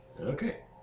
Okay